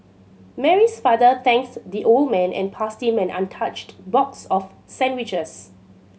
Mary's father thanks the old man and passed him an untouched box of sandwiches